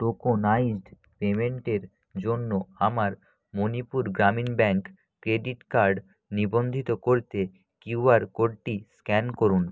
tokenised পেমেন্টের জন্য আমার মণিপুর গ্রামীণ ব্যাংক ক্রেডিট কার্ড নিবন্ধিত করতে কিউআর কোডটি স্ক্যান করুন